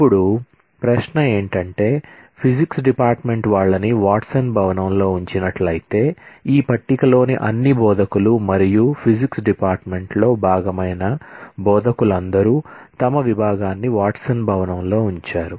ఇప్పుడు ప్రశ్న ఏంటంటే ఫిజిక్స్ డిపార్ట్మెంట్ వాళ్ళని వాట్సన్ భవనంలో ఉంచినట్లయితే ఈ పట్టికలోని అన్ని బోధకులు మరియు ఫిజిక్స్ డిపార్ట్మెంట్ లో భాగమైన బోధకులందరూ తమ విభాగాన్ని వాట్సన్ భవనంలో ఉంచారు